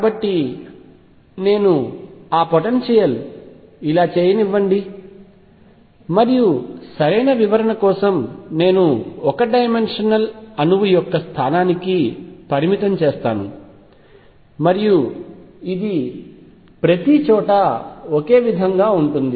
కాబట్టి నేను ఆ పొటెన్షియల్ ఇలా చేయనివ్వండి మరియు సరైన వివరణ కోసం నేను ఒక డైమెన్షనల్ అణువు యొక్క స్థానానికి పరిమితం చేస్తాను మరియు ఇది ప్రతిచోటా ఒకే విధంగా ఉంటుంది